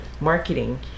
marketing